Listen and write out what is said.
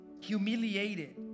humiliated